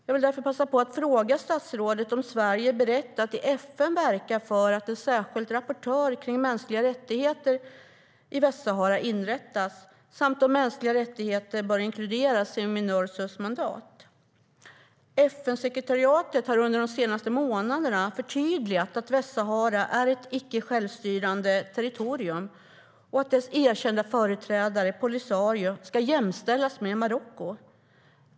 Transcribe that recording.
Jag vill därför passa på att fråga stadsrådet om Sverige är berett att verka i FN för att en särskild rapportör för mänskliga rättigheter i Västsahara inrättas samt om mänskliga rättigheter bör inkluderas i Minursos mandat. FN:s sekretariat har under de senaste månaderna förtydligat att Västsahara är ett icke-självstyrande territorium och att dess erkända företrädare Polisario ska jämställas med Marocko.